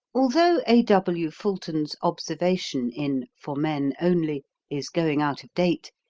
although a. w. fulton's observation in for men only is going out of date,